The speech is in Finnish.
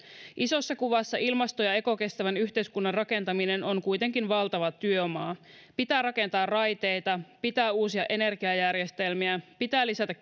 isossa kuvassa ilmasto ja ekokestävän yhteiskunnan rakentaminen on kuitenkin valtava työmaa pitää rakentaa raiteita pitää uusia energiajärjestelmiä pitää lisätä